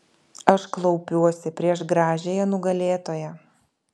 aš klaupiuosi prieš gražiąją nugalėtoją